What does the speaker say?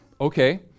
Okay